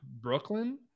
Brooklyn